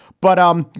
but, um,